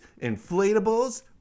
inflatables